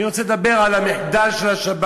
אני רוצה לדבר על המחדל של השב"כ,